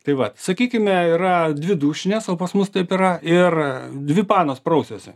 tai vat sakykime yra dvi dušinės o pas mus taip yra ir dvi panos prausiasi